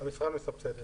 המשרד מסבסד את זה.